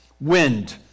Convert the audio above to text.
Wind